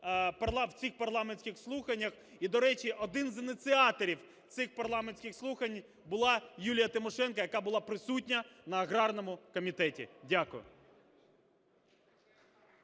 в цих парламентських слуханнях. І, до речі, один із ініціаторів цих парламентських слухань була Юлія Тимошенко, яка була присутня на аграрному комітеті. Дякую.